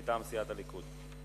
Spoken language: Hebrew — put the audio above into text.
מטעם סיעת הליכוד.